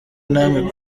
namwe